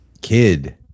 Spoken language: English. Kid